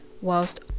whilst